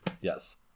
yes